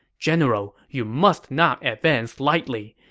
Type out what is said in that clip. general, you must not advance lightly.